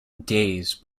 days